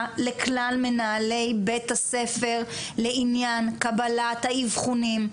לכלל מנהלי בית הספר לעניין קבלת האבחונים,